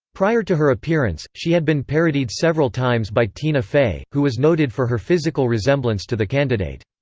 prior to her appearance, she had been parodied several times by tina fey, who was noted for her physical resemblance to the candidate.